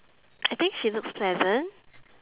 I think she looks pleasant